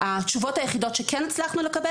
התשובות היחידות שכן הצלחנו לקבל